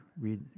read